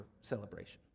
celebration